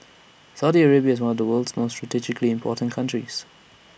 Saudi Arabia is one of the world's most strategically important countries